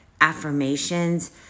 affirmations